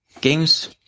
games